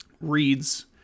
reads